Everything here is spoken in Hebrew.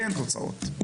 אין תוצאות.